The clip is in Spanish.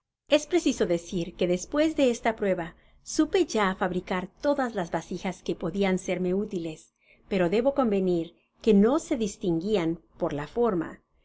es preciso decir que despues de esta prueba supe ya fabricar todas las vasijas que podian serme útiles pero debo convenir que no se distinguian por la furma